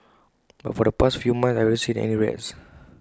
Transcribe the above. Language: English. but for the past few months I haven't seen any rats